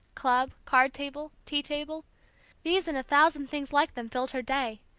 club, card-table, tea table these and thousand things like them filled her day,